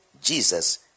Jesus